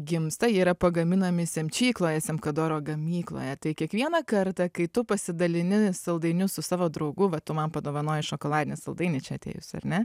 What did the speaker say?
gimsta jie yra pagaminami semčykloje semkadoro gamykloje tai kiekvieną kartą kai tu pasidalini saldainiu su savo draugu va tu man padovanojai šokoladinį saldainį čia atėjus ar ne